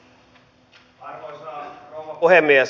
arvoisa rouva puhemies